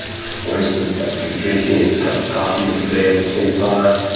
for instance, like drinking a cup of coffee every day at the same time.